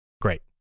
Great